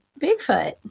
Bigfoot